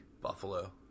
Buffalo